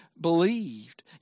believed